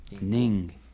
Ning